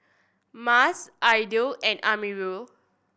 Mas Aidil and Amirul